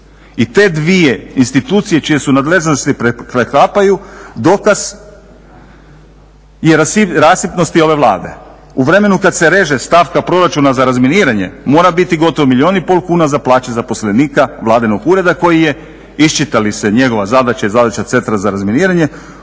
I te dvije institucije čije se nadležnosti preklapaju dokaz je rasipnosti ove Vlade. U vremenu kad se reže stavka proračuna za razminiranje mora biti gotovo milijun i pol kuna za plaće zaposlenika vladinog ureda koji je iščita li se njegova zadaća i zadaća Centra za razminiranje